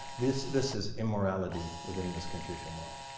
this this is immorality within this confucian world.